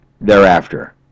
thereafter